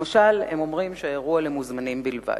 למשל, הם אומרים שהאירוע למוזמנים בלבד.